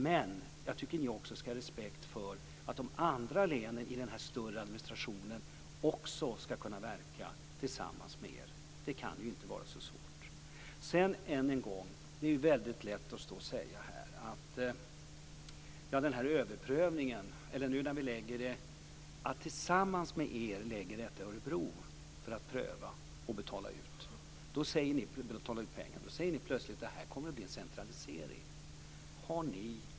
Men jag tycker att ni ska ha respekt för att de andra länen i den här större administrationen också ska kunna verka tillsammans med er. Det kan ju inte vara så svårt. Sedan, än en gång: Det är ju väldigt lätt att stå och säga som ni gör. När vi nu tillsammans med er lägger detta i Örebro för att pröva och betala ut pengar, då säger ni plötsligt att det här kommer att bli en centralisering.